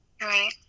Right